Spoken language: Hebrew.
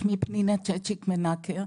שמי פנינה צ'צ'יק מנקר,